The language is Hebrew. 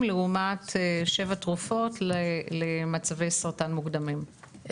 לעומת 7 תרופות למצבי סרטן מוקדמים.